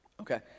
Okay